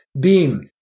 beam